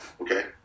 Okay